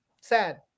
Sad